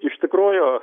iš tikrųjų